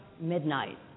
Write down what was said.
midnight